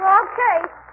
okay